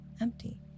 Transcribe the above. empty